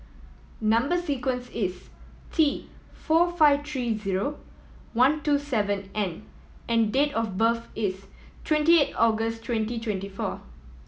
number sequence is T four five three zero one two seven N and date of birth is twenty eight August twenty twenty four